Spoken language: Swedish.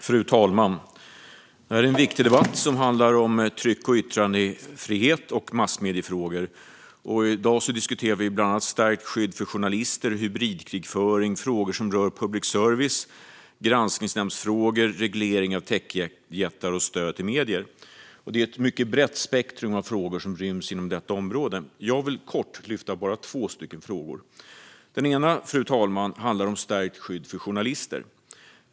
Fru talman! Det här är en viktig debatt, som handlar om tryck och yttrandefrihet och massmediefrågor. I dag diskuterar vi bland annat stärkt skydd för journalister, hybridkrigföring, frågor som rör public service, granskningsnämndsfrågor, reglering av techjättar och stöd till medier. Det är ett mycket brett spektrum av frågor som ryms inom detta område, och jag vill kort lyfta bara två av dem. För det första, fru talman, handlar det om stärkt skydd för journalister.